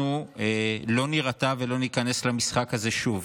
אנחנו לא נירתע ולא ניכנס למשחק הזה שוב,